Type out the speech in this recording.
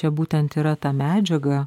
čia būtent yra ta medžiaga